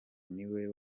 niwe